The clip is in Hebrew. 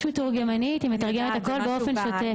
יש מתורגמנית, והיא מתרגמת הכול באופן שוטף.